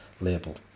label